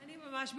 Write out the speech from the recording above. אני ממש בקצרה.